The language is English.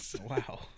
Wow